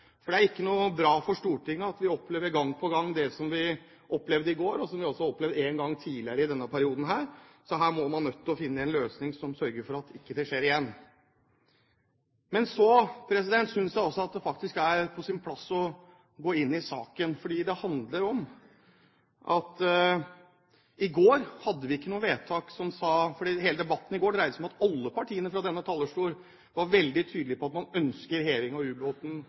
Det er ikke noe bra for Stortinget at vi opplever gang på gang det vi opplevde i går, som vi også har opplevd en gang tidligere i denne perioden. Her er man nødt til å finne en løsning som sørger for at det ikke skjer igjen. Så synes jeg også det er på sin plass å gå inn i saken. Hele debatten i går dreide seg om at alle partiene fra denne talerstol var veldig tydelige på at man ønsker heving av ubåten